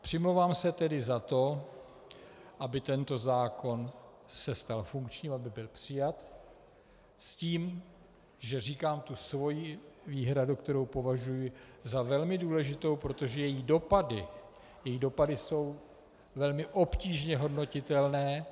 Přimlouvám se tedy za to, aby tento zákon se stal funkčním, aby byl přijat, s tím, že říkám svoji výhradu, kterou považuji za velmi důležitou, protože její dopady jsou velmi obtížně hodnotitelné.